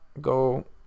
Go